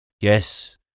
Yes